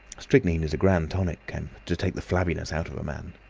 strychnine is a grand tonic, kemp, to take the flabbiness out of a man.